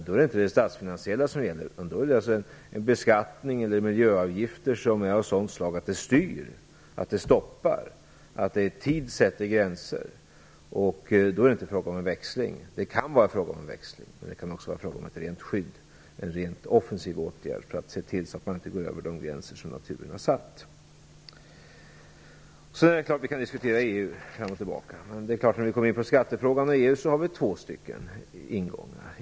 Här är det inte det statsfinansiella som gäller utan då handlar det om beskattningar eller miljöavgifter som är av sådana slag att de styr, stoppar och i tid sätter gränser. Då är det inte fråga om en växling. Det kan vara fråga om en växling, men det kan också vara fråga om ett rent skydd, en rent offensiv åtgärd för att se till att man inte överskrider de gränser som naturen har satt. Det är klart att vi kan diskutera EU fram och tillbaka. Men när vi kommer in på skattefrågan och EU finns det två olika ingångar.